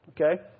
Okay